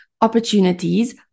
opportunities